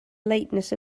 lateness